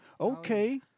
Okay